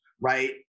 right